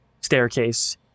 staircase